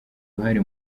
uruhare